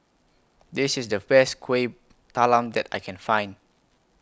This IS The Best Kueh Talam that I Can Find